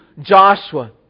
Joshua